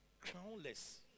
crownless